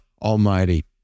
Almighty